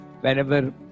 Whenever